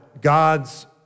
God's